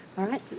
all right.